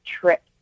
trip